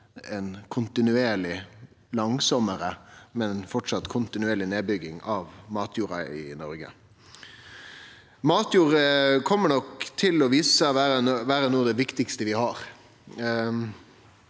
ei kontinuerleg – langsamare, men framleis kontinuerleg – nedbygging av matjorda i Noreg. Matjord kjem nok til å vise seg å vere noko av det viktigaste vi har,